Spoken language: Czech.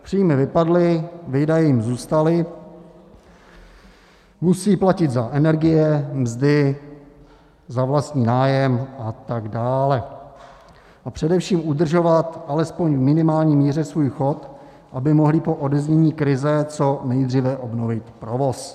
Příjmy vypadly, výdaje jim zůstaly, musí platit za energie, mzdy, za vlastní nájem a tak dále a především udržovat v alespoň minimální míře svůj chod, aby mohly po odeznění krize co nejdříve obnovit provoz.